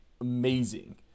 amazing